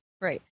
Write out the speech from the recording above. Right